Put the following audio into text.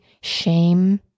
shame